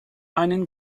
einen